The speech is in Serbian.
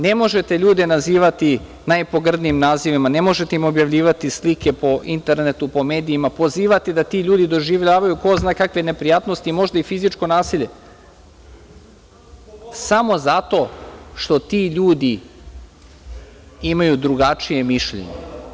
Ne možete ljude nazivati najpogrdnijim nazivima, ne možete im objavljivati slike po internetu, po medijima, pozivati da ti ljudi doživljavaju ko zna kakve neprijatnosti, možda i fizičko nasilje, samo zato što ti ljudi imaju drugačije mišljenje.